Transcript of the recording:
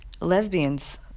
Lesbians